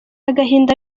agahinda